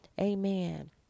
amen